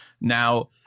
Now